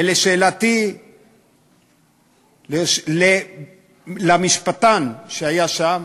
ושאלתי את המשפטן שהיה שם,